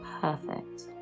Perfect